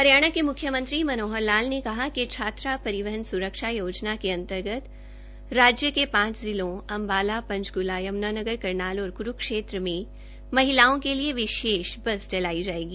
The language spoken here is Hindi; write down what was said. हरियाणा के म्ख्यमंत्री मनोहर लाल ने कहा कि छात्रा श रिवहन सुरक्षा योजना के अन्तर्गत राज्य के ांच जिलों अम्बाला ंचक्ला यम्नानगर करनाल और क्रुक्षेत्र में महिलाओं के विशेष स्पेशल बस चलाई जाएगी